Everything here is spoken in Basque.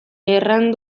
erran